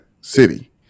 city